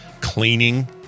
cleaning